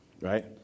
Right